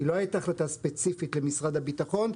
היא לא הייתה החלטה ספציפית למשרד הבטחון.